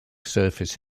surface